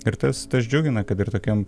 ir tas tas džiugina kad ir tokiam